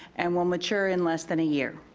and will mature in less than a year.